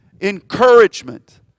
encouragement